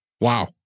Wow